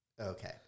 Okay